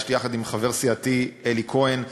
שהגשתי יחד עם חבר סיעתי אלי כהן,